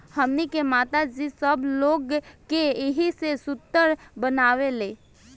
हमनी के माता जी सब लोग के एही से सूटर बनावेली